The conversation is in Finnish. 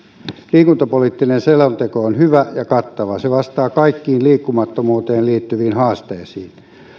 liikuntapoliittinen selonteko on hyvä ja kattava se vastaa kaikkiin liikkumattomuuteen liittyviin haasteisiin